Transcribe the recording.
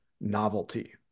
novelty